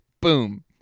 boom